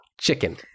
chicken